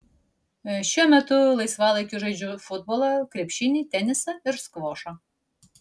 šiuo metu laisvalaikiu žaidžiu futbolą krepšinį tenisą ir skvošą